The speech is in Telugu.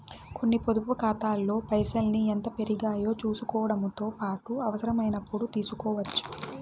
కొన్ని పొదుపు కాతాల్లో పైసల్ని ఎంత పెరిగాయో సూసుకోవడముతో పాటు అవసరమైనపుడు తీస్కోవచ్చు